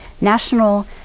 National